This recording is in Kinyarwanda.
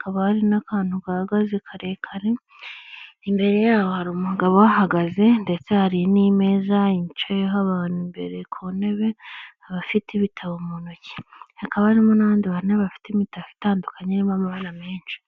kaba hari n'akantu gahagaze karekare imbere yaboho hari umugabo uhahagaze ndetse hari n'imeza yicayeho abantu imbere ku ntebe abafite ibitabo mu ntoki. Hakaba harimo n'abandi bane bafite imitako itandukanye irimo amabara menshi.